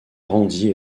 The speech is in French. rendit